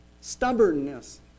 Stubbornness